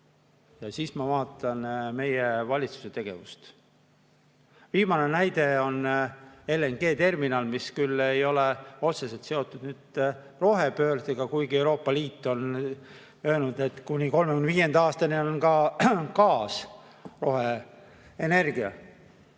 Ja siis ma vaatan meie valitsuse tegevust. Viimane näide on LNG terminal, mis küll ei ole otseselt seotud rohepöördega, kuigi Euroopa Liit on öelnud, et kuni 2035. aastani on ka gaas roheenergia.